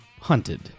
Hunted